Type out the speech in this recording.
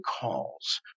calls